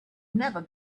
never